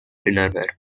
dinnerware